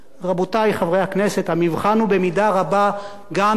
המבחן הוא במידה רבה גם במה שלא מתפרסם.